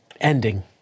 ending